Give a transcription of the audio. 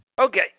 Okay